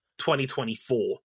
2024